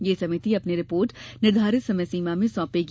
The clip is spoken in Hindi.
यह समिति अपनी रिपोर्ट निर्धारित समय सीमा में सौंपेगी